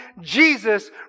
Jesus